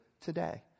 today